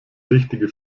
richtige